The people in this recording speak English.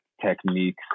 techniques